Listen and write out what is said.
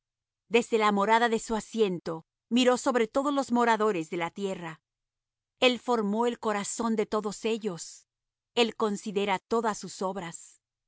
desde la morada de su asiento miró sobre todos los moradores de la tierra el formó el corazón de todos ellos el considera todas sus obras